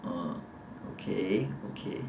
uh okay okay